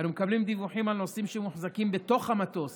אנו מקבלים דיווחים על נוסעים שמוחזקים בתוך המטוס